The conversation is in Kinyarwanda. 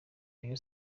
rayon